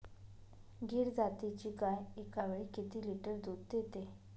गीर जातीची गाय एकावेळी किती लिटर दूध देते?